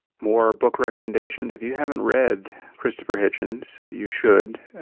more book recommendations. if you haven't read christopher hitchens, you should.